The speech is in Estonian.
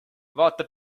vaata